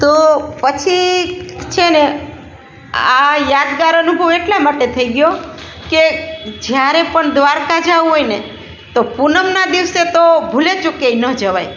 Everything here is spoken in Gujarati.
તો પછી છે ને આ યાદગાર અનુભવ એટલા માટે થઈ ગયો કે જ્યારે પણ દ્વારકા જવું હોય ને તો પૂનમના દિવસે તો ભૂલે ચૂકે ય ન જવાય